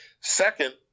Second